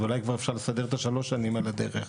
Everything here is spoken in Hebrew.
אז אולי כבר אפשר לסדר את ה-3 שנים על הדרך.